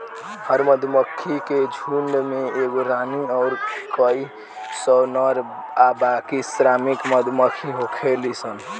हर मधुमक्खी के झुण्ड में एगो रानी अउर कई सौ नर आ बाकी श्रमिक मधुमक्खी होखेली सन